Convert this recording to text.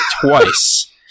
twice